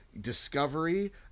discovery